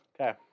okay